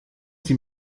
sie